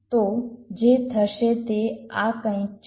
તો જે થશે તે આ કંઈક છે